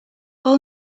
all